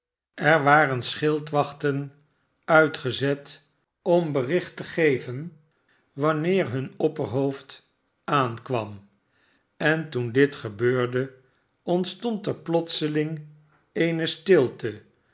er waren schildwachten uitgezet om bericht te geven wanneer hun opperhoofd aankwanr en toen dit gebeurde ontstond er plotseling eene stilte